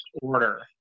order